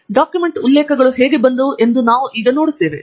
ಮತ್ತು ಡಾಕ್ಯುಮೆಂಟ್ ಉಲ್ಲೇಖಗಳು ಹೇಗೆ ಬಂದವು ಎಂದು ನಾವು ನೋಡುತ್ತೇವೆ